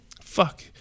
Fuck